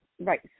right